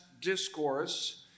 Discourse